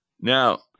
Now